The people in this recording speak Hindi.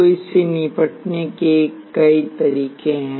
तो इससे निपटने के कई तरीके हैं